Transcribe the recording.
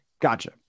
gotcha